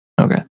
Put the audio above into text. Okay